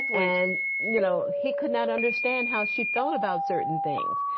and you know, he could not understand how she felt about certain things,